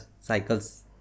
cycles